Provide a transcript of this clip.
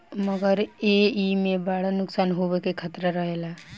मगर एईमे बड़ा नुकसान होवे के खतरा रहेला